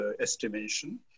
estimation